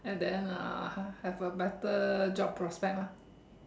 and then uh have a better job prospect lah